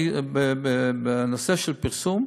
בנושא הפרסום,